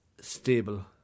stable